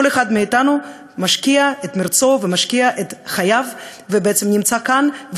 כל אחד מאתנו משקיע את מרצו ומשקיע את חייו ובעצם נמצא כאן,